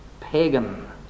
pagan